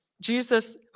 Jesus